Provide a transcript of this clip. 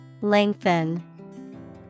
Lengthen